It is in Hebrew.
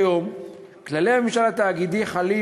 כיום כללי הממשל התאגידי חלים